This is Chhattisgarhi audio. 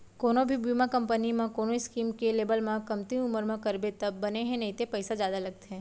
कोनो भी बीमा कंपनी म कोनो स्कीम के लेवब म कमती उमर म करबे तब बने हे नइते पइसा जादा लगथे